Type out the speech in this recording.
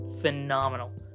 phenomenal